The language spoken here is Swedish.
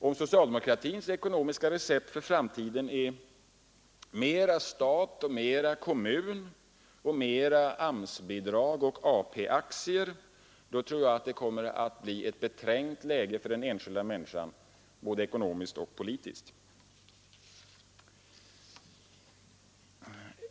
Om socialdemokraternas ekonomiska recept för framtiden är mera stat, kommun, AMS-bidrag och AP-aktier, kommer det att bli ett beträngt läge för den enskilda människan både ekonomiskt och politiskt.